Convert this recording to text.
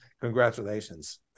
congratulations